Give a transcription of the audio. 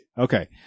Okay